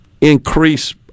increase